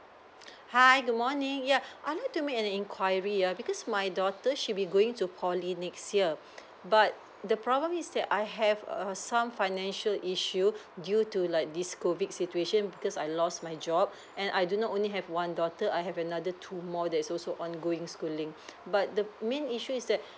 hi good morning yeah I want to make an enquiry yeah because my daughter she'll be going to poly next year but the problem is that I have err some financial issue due to like this COVID situation because I lost my job and I do not only have one daughter I have another two more they also ongoing schooling but the main issue is that